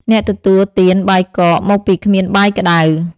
អ្នកទទួលទានបាយកក មកពីគ្មានបាយក្ដៅ ។